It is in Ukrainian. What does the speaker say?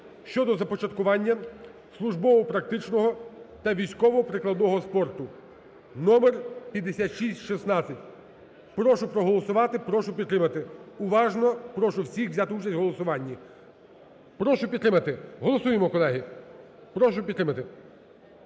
щодо започаткування службово-прикладного та військово-прикладного спорту (№5616). Прошу проголосувати, прошу підтримати. Уважно прошу всіх взяти участь в голосуванні. Прошу підтримати. Голосуємо, колеги! Прошу підтримати.